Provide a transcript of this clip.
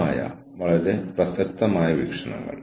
അതുവരെ trunk call book ചെയ്യണമായിരുന്നു